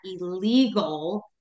illegal